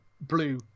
blue